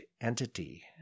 entity